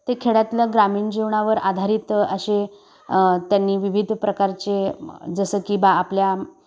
ते खेड्यातल्या ग्रामीण जीवनावर आधारित असे त्यांनी विविध प्रकारचे जसं की बा आपल्या